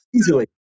Easily